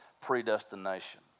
predestination